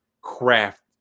craft